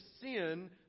sin